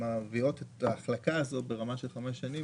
שמביאות את ההחלקה הזאת ברמה של חמש שנים